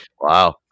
Wow